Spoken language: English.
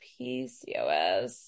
PCOS